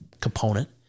component